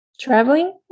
traveling